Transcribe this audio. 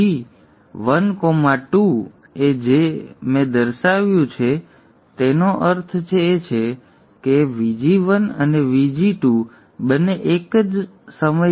Vg 1 comma 2 એ છે જે મેં દર્શાવ્યું છે તેનો અર્થ એ છે કે Vg1 અને Vg2 બંને એક જ સમયરેખા પર આપેલ છે